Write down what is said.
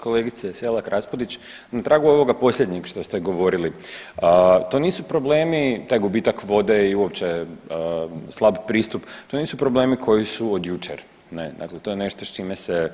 Kolegice Selak RAspudić, na tragu ovog posljednjeg što ste govorili, to nisu problemi taj gubitak vode i uopće slab pristup to nisu problemi koji su od jučer, ne, dakle to je nešto s čime se